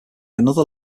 another